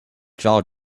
jaw